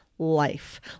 Life